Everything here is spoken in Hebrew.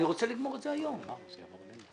עוד לא